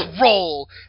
roll